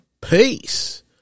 Peace